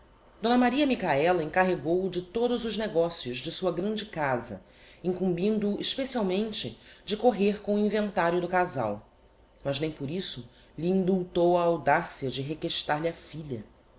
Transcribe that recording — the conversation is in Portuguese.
d maria michaela encarregou o de todos os negocios de sua grande casa incumbindo o especialmente de correr com o inventario do casal mas nem por isso lhe indultou a audacia de requestar lhe a filha